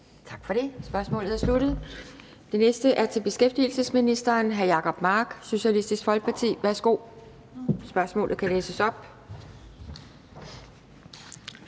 Tak for det. Spørgsmålet er sluttet. Det næste er til beskæftigelsesministeren fra hr. Jacob Mark, Socialistisk Folkeparti. Kl. 17:51 Spm. nr.